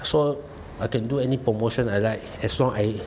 so I can do any promotion I like as long I